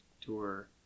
tour